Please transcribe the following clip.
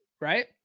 right